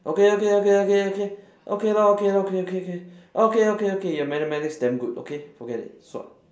okay okay okay okay okay okay lor okay lor okay okay okay okay okay okay your mathematics damn good okay forget it sua